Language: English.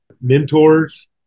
mentors